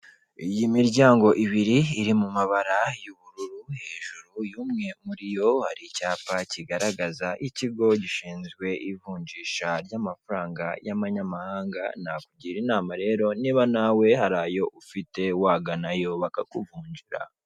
Iyi miryango ibiri iri mu mabara y'ubururu hejuru y'umwe muri yo hari icyapa kigaragaza ikigo gishinzwe ivunjisha ry'amafaranga y'amanyamahanga nakugira inama rero niba nawe hari ayo ufite waganayo bakakuvunjira.